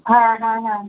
হ্যাঁ হ্যাঁ হ্যাঁ